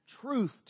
truth